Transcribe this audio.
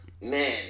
man